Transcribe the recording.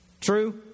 True